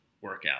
workout